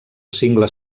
cingle